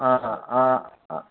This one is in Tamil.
ஆ ஆ ஆ ஆ